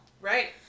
right